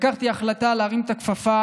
קיבלתי החלטה להרים את הכפפה,